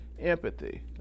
empathy